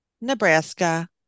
Nebraska